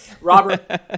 Robert